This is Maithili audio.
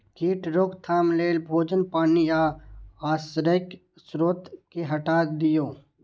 कीट रोकथाम लेल भोजन, पानि आ आश्रयक स्रोत कें हटा दियौ